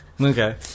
Okay